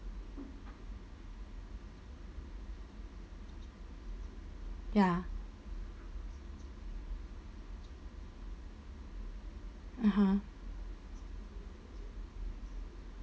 ya (uh huh)